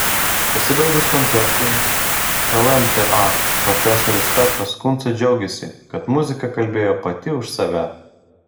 pasibaigus koncertui lmta profesorius petras kunca džiaugėsi kad muzika kalbėjo pati už save